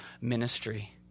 ministry